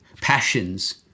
Passions